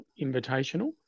Invitational